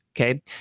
okay